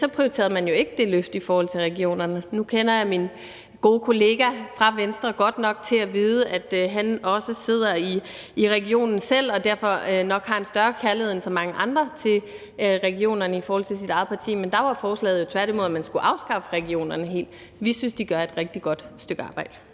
prioriterede man jo ikke det løft i forhold til regionerne. Nu kender jeg min gode kollega fra Venstre godt nok til at vide, at han også sidder i Danske Regioner selv og derfor nok har en større kærlighed end så mange andre til regionerne i forhold til sit eget parti, men der var forslaget jo tværtimod, at man skulle afskaffe regionerne helt. Vi synes, de gør et rigtig godt stykke arbejde.